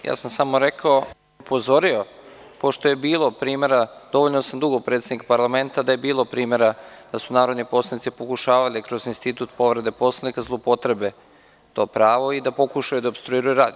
Ja sam samo upozorio, pošto je bilo primera, dovoljno sam dugo predsednik parlamenta, da je bilo primera da su narodni poslanici pokušavali kroz institut povrede Poslovnika da zloupotrebe to pravo i da pokušaju da opstruiraju rad.